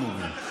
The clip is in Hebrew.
הם אומרים.